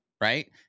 right